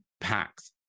packs